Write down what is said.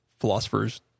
Philosophers